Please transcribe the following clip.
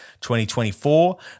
2024